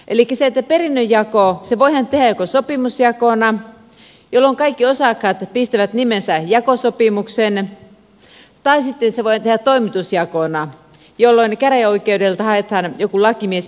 elikkä perinnönjako voidaan tehdä joko sopimusjakona jolloin kaikki osakkaat pistävät nimensä jakosopimukseen tai sitten se voidaan tehdä toimitusjakona jolloin käräjäoikeudelta haetaan joku lakimies pesänjakajaksi